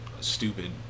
stupid